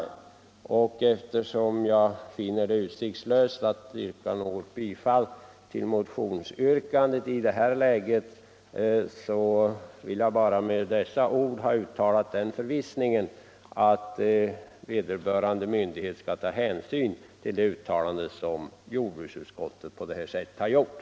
Eftersom jag finner det utsiktslöst att yrka bifall till motionen i det här läget, vill jag bara med dessa ord ha uttalat min förvissning om att vederbörande myndighet skall ta hänsyn till det uttalande som jordbruksutskottet på det här sättet har gjort.